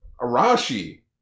Arashi